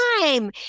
time